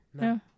No